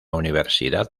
universidad